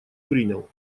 принял